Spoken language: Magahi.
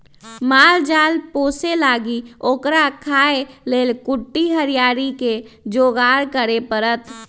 माल जाल पोशे लागी ओकरा खाय् लेल कुट्टी हरियरी कें जोगार करे परत